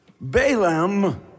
Balaam